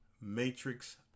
matrix